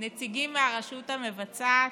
נציגים מהרשות המבצעת,